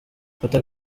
fata